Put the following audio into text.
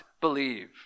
believe